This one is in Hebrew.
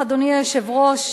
אדוני היושב-ראש,